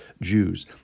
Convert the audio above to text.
jews